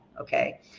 okay